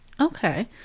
Okay